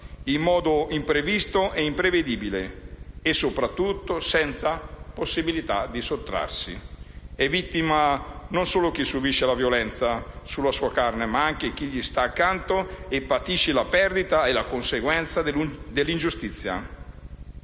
in modo imprevisto e imprevedibile, soprattutto senza possibilità di sottrarsi. È vittima non solo chi subisce la violenza sulla sua carne, ma anche chi gli sta accanto e patisce la perdita e la conseguenza dell'ingiustizia.